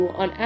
on